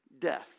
death